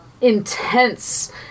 intense